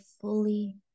fully